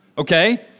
Okay